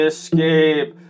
Escape